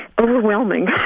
Overwhelming